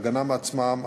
הגנה מעצמם,